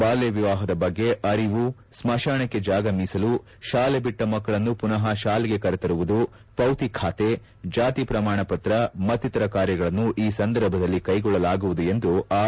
ಬಾಲ್ಯ ವಿವಾಹದ ಬಗ್ಗೆ ಅರಿವು ಸ್ಥಳಾನಕ್ಕೆ ಜಾಗ ಮೀಸಲು ಶಾಲೆ ಬಿಟ್ಟ ಮಕ್ಕಳನ್ನು ಪುನಃ ಶಾಲೆಗೆ ಕರೆತರುವುದು ಪೌತಿ ಖಾತೆ ಜಾತಿ ಪ್ರಮಾಣ ಪತ್ರ ಮಕ್ತಿತರ ಕಾರ್ಯಗಳನ್ನು ಈ ಸಂದರ್ಭದಲ್ಲಿ ಕೈಗೊಳ್ಳಲಾಗುವುದು ಎಂದು ಆರ್